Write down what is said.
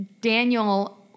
Daniel